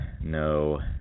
No